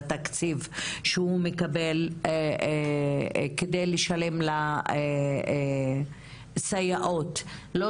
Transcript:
לתקציבים שהם מקבלים ממשרד החינוך וזה בכדי לשלם לסייעות.